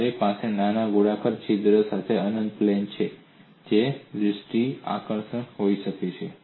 તમારી પાસે નાના ગોળાકાર છિદ્ર સાથે અનંત પ્લેટ છે જે દૃષ્ટિની આકર્ષક હોઈ શકે છે